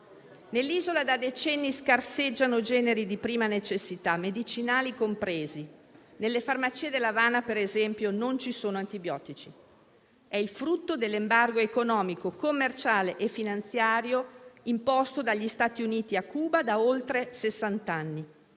Nell'isola da decenni scarseggiano generi di prima necessità, medicinali compresi (nelle farmacie de L'Avana, per esempio, non ci sono antibiotici) e ciò è il frutto dell'embargo economico, commerciale e finanziario imposto dagli Stati Uniti a Cuba da oltre